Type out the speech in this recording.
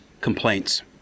complaints